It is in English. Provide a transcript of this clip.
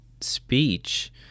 speech